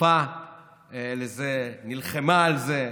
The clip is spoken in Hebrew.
שדחפה לזה, נלחמה על זה,